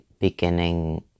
beginning